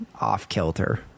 off-kilter